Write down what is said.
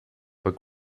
but